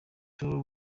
two